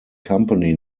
company